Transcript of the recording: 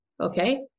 okay